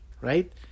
right